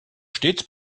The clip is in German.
stets